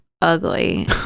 ugly